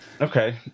okay